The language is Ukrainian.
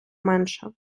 менше